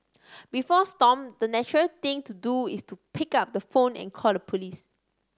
before Stomp the natural thing to do is to pick up the phone and call the police